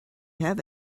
have